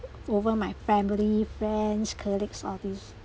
over my family friends colleagues all these